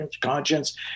conscience